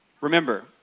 Remember